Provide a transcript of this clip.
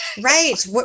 Right